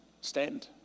Stand